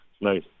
nice